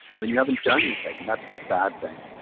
then you haven't done anything. and that's the sad thing.